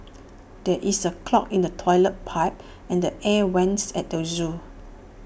there is A clog in the Toilet Pipe and the air Vents at the Zoo